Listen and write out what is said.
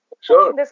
Sure